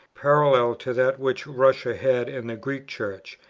parallel to that which russia had in the greek church,